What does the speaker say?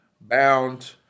bound